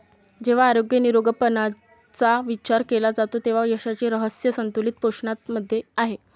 जेव्हा आरोग्य निरोगीपणाचा विचार केला जातो तेव्हा यशाचे रहस्य संतुलित पोषणामध्ये आहे